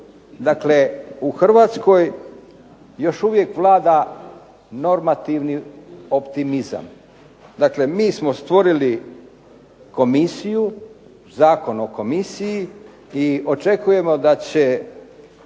dakle u Hrvatskoj još uvijek vlada normativni optimizam. Dakle, mi smo stvorili komisiju, Zakon o komisiji i očekujemo da će